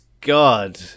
god